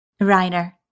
Reiner